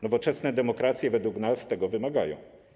Nowoczesne demokracje według nas tego wymagają.